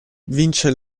vince